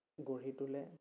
গঢ়ি তোলে